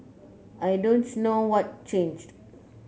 I don't know what changed